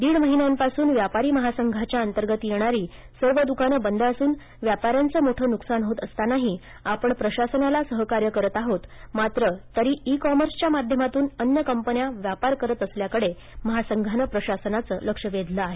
दीड महिन्यापासून व्यापारी महासंघाच्या अंतर्गत येणारी सर्व दुकाने बंद असून व्यापाऱ्यांचे मोठे नुकसान होत असतांनाही आपण प्रशासनाला सहकार्य करत आहोत मात्र तरी ई कॉमर्स च्या माध्यमातून अन्य कंपन्या व्यापार करत असल्याकडे महासंघाने प्रशासनाचं लक्ष वेधलं आहे